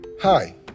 Hi